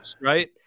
Right